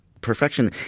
Perfection